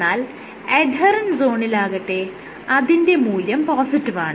എന്നാൽ എഡ്ഹെറെന്റ് സോണിലാകട്ടെ അതിന്റെ മൂല്യം പോസിറ്റീവാണ്